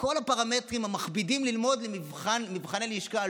כל הפרמטרים שמכבידים על לימוד למבחני הלשכה.